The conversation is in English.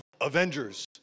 Avengers